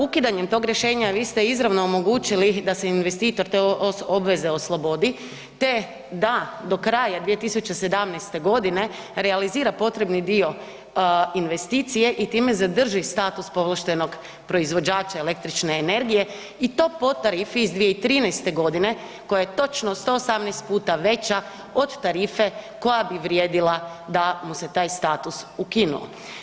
Ukidanjem tog rješenja vi ste izravno omogućili da se investitor te obveze oslobodi te da do kraja 2017. godine realizira potrebni dio investicije i time zadrži status povlaštenog proizvođača električne energije i to po tarifi iz 2013. godine koja je točno 118 puta veća od tarife koja bi vrijedila da mu se taj status ukinuo.